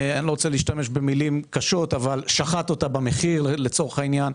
אני לא רוצה להשתמש במילים קשות שחט אותה במחיר לצורך העניין.